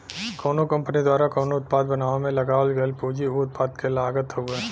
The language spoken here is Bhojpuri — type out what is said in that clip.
कउनो कंपनी द्वारा कउनो उत्पाद बनावे में लगावल गयल पूंजी उ उत्पाद क लागत हउवे